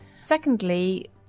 Secondly